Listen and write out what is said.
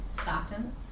Stockton